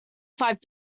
five